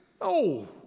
No